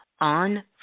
on